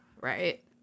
Right